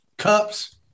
Cups